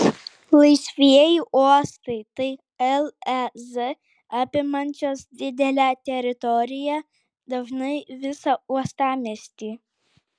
laisvieji uostai tai lez apimančios didelę teritoriją dažnai visą uostamiestį